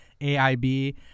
AIB